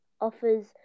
offers